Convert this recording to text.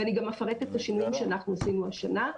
ואני גם אפרט את השינויים שאנחנו עשינו השנה.